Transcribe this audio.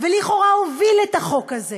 ולכאורה הוביל את החוק הזה,